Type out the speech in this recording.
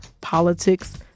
politics